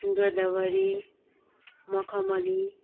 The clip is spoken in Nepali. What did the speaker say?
गोदावरी मखमली